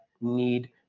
need